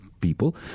people